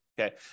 okay